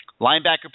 Linebacker